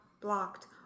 blocked